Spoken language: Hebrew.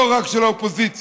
לא רק של האופוזיציה.